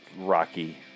rocky